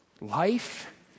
Life